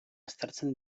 aztertzen